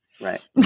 right